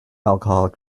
alcoholic